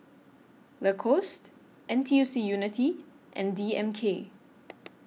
Lacoste N T U C Unity and D M K